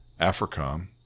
AFRICOM